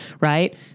right